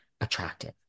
attractive